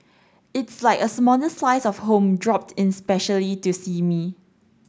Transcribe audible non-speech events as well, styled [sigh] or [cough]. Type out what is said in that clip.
it's like a small [unintelligible] slice of home dropped in specially to see me